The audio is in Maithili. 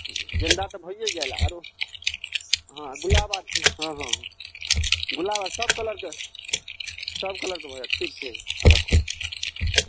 गेन्दा तऽ भइये गेल आ आरो हँ गुलाब आर छै हँ हँ गुलाब आर सब कलरके सब कलरके भऽ जाएत ठीक छै रखु